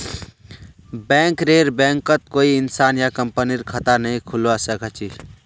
बैंकरेर बैंकत कोई इंसान या कंपनीर खता नइ खुलवा स ख छ